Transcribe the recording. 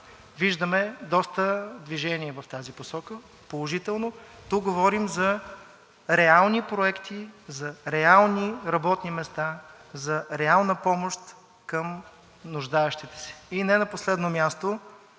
положително движение в тази посока. Тук говорим за реални проекти, за реални работни места, за реална помощ към нуждаещите се. И не на последно място,